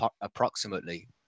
approximately